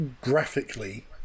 graphically